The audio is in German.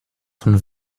von